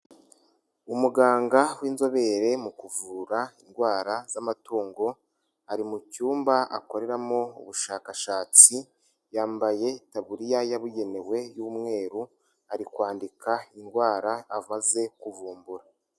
Umuganga w'inzobere mu kuvura indwara z'amatungo, ari mu cyumba akoreramo ubushakashatsi, yambaye itaburiya yabugenewe y'umweru, ari kwandika indwara amaze kuvumbura.